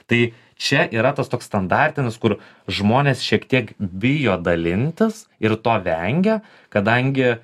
tai čia yra tas toks standartinis kur žmonės šiek tiek bijo dalintis ir to vengia kadangi